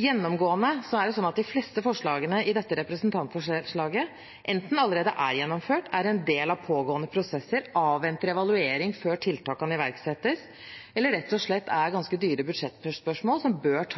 Gjennomgående er det sånn at de fleste forslagene i dette representantforslaget enten allerede er gjennomført, er en del av pågående prosesser, avventer evaluering før tiltakene iverksettes, eller rett og slett er ganske dyre budsjettspørsmål som bør